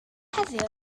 heddiw